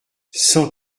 cent